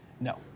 No